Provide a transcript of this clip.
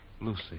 Lucy